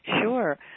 Sure